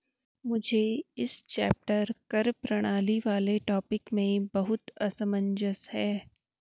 मुझे इस चैप्टर कर प्रणाली वाले टॉपिक में बहुत असमंजस है